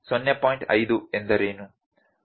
5 ಎಂದರೇನು